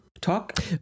talk